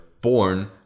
born